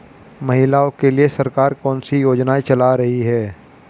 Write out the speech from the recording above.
महिलाओं के लिए सरकार कौन सी योजनाएं चला रही है?